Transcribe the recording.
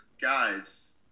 guys